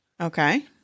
Okay